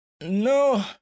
no